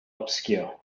obscure